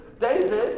David